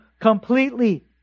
completely